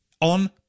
On